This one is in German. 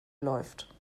läuft